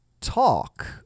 talk